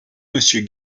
monsieur